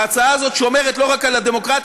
ההצעה הזאת שומרת לא רק על הדמוקרטיה,